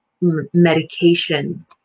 medication